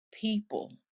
people